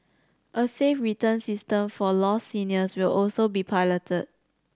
a safe return system for lost seniors will also be piloted